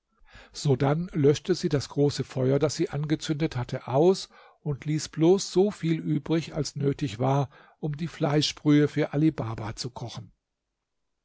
sodann löschte sie das große feuer das sie angezündet hatte aus und ließ bloß so viel übrig als nötig war um die fleischbrühe für ali baba zu kochen